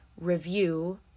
review